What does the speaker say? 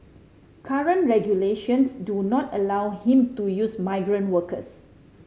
current regulations do not allow him to use migrant workers